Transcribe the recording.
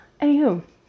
Anywho